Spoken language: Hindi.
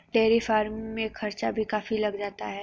डेयरी फ़ार्मिंग में खर्चा भी काफी लग जाता है